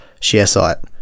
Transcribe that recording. ShareSite